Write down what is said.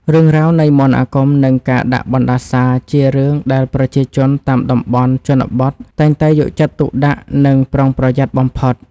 រឿងរ៉ាវនៃមន្តអាគមនិងការដាក់បណ្តាសាជារឿងដែលប្រជាជនតាមតំបន់ជនបទតែងតែយកចិត្តទុកដាក់និងប្រុងប្រយ័ត្នបំផុត។